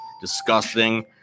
disgusting